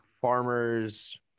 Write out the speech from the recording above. farmers